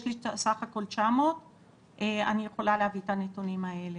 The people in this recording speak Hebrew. יש לי סך הכול 900. אני יכולה להביא את הנתונים האלה.